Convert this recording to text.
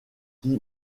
qui